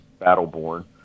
Battleborn